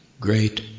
great